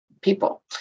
people